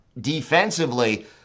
defensively